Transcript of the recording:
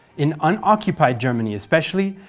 in unoccupied germany especially,